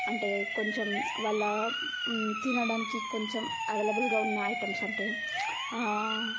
అంటే కొంచెం వాళ్ళ తినడానికి కొంచెం అవైలబుల్గా ఉన్న ఐటమ్స్ అంటే